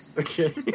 Okay